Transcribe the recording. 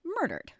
murdered